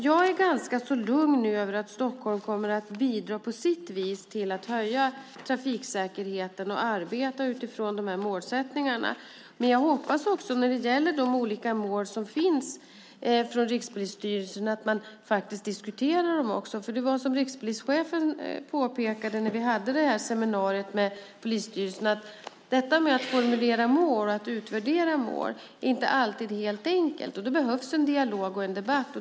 Jag är ganska lugn nu när det gäller att Stockholm på sitt vis kommer att bidra till att höja trafiksäkerheten och arbeta utifrån de här målsättningarna. Men jag hoppas att man också diskuterar de olika mål som finns från Rikspolisstyrelsen. Som rikspolischefen påpekade när vi hade seminariet med polisstyrelserna är detta med att formulera mål och att utvärdera mål inte alltid helt enkelt. Därför behövs det en dialog och en debatt.